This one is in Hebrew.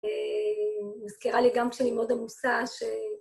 ומזכירה לי גם, כשאני מאוד עמוסה, ש...